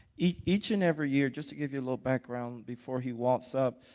each and every year just to give you a little background before he walks up,